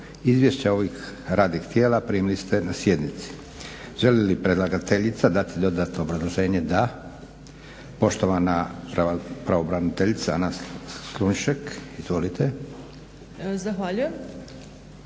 Izvješća ovih radnih tijela primili ste na sjednici. Želi li predlagateljima dati dodatno obrazloženje? Da. Poštovana pravobraniteljica Anka Slošnjak. Izvolite. **Slonjšak,